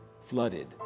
flooded